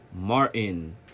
Martin